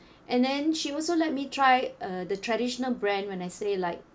and then she also let me try uh the traditional brand when I say like